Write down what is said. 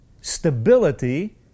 stability